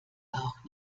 auch